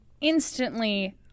instantly